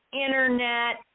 internet